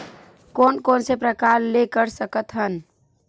कोन कोन से प्रकार ले कर सकत हन?